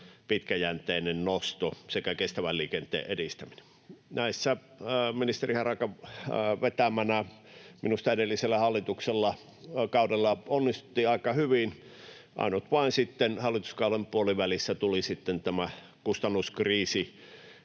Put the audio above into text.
pitkäjänteinen nosto sekä kestävän liikenteen edistäminen. Näissä ministeri Harakan vetämänä minusta edellisellä hallituskaudella onnistuttiin aika hyvin. Ainut vain, että hallituskauden puolivälissä tuli sitten tämä kustannuskriisi,